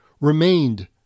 remained